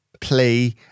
play